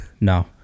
No